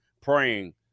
praying